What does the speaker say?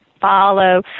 follow